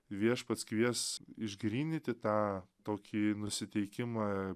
viešpats kvies išgryniti tą tokį nusiteikimą